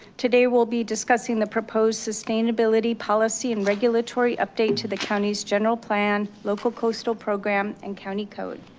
today we'll be discussing the proposed sustainability policy and regulatory update to the county's general plan, local coastal program and county code.